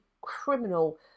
criminal